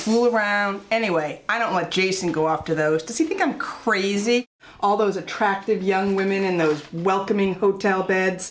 flew around anyway i don't like jason go up to those does he think i'm crazy all those attractive young women in those welcoming hotel beds